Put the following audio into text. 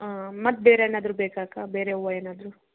ಮತ್ತು ಬೇರೇನಾದ್ರೂ ಬೇಕಾ ಅಕ್ಕ ಬೇರೆ ಹೂವ ಏನಾದರೂ